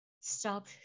Stop